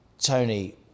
Tony